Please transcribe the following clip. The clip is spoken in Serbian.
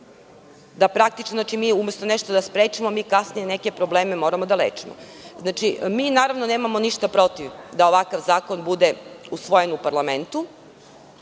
posledicu, da umesto da nešto sprečimo, mi kasnije neke probleme moramo da lečimo. Mi nemamo ništa protiv da ovakav zakon bude usvojen u parlamentu,